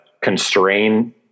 constrain